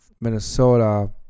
Minnesota